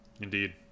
Indeed